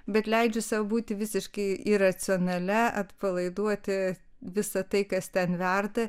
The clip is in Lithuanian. bet leidžiu sau būti visiškai iracionalia atpalaiduoti visa tai kas ten verda